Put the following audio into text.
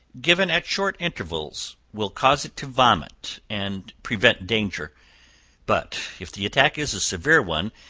given at short intervals, will cause it to vomit and prevent danger but if the attack is a severe one,